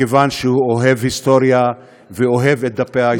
מכיוון שהוא אוהב היסטוריה ואוהב את דפי ההיסטוריה.